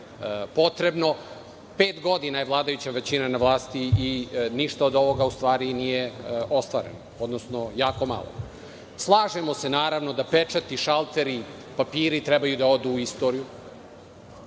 potrebno. Pet godina je vladajuća većina na vlasti i ništa od ovoga u stvari nije ostvareno, odnosno jako malo. Slažemo se, naravno, da pečati, šalteri, papiri trebaju da odu u istoriju,